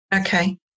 Okay